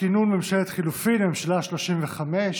כינון ממשלת חילופים, הממשלה השלושים-וחמש.